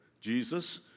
Jesus